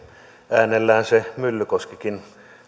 äänellään se myllykoskikin